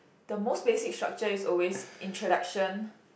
the most basic structure is always introduction